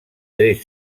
tres